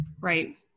Right